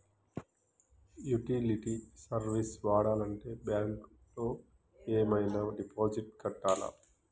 Utility service వాడాలంటే bank లో ఏమైనా డిపాజిట్ కట్టాలా?